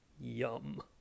yum